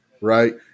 right